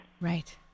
Right